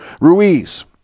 Ruiz